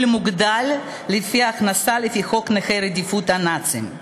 מוגדל לפי הכנסה לפי חוק נכי רדיפות הנאצים.